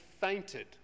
fainted